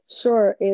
Sure